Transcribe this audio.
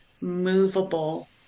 movable